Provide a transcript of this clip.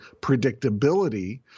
predictability